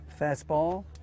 fastball